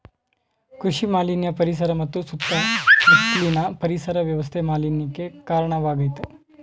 ಕೃಷಿ ಮಾಲಿನ್ಯ ಪರಿಸರ ಮತ್ತು ಸುತ್ತ ಮುತ್ಲಿನ ಪರಿಸರ ವ್ಯವಸ್ಥೆ ಮಾಲಿನ್ಯಕ್ಕೆ ಕಾರ್ಣವಾಗಾಯ್ತೆ